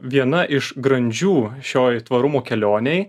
viena iš grandžių šioj tvarumo kelionėj